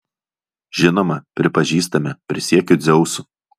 žinoma pripažįstame prisiekiu dzeusu